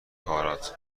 کارات